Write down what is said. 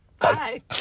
Bye